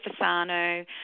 Fasano